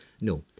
No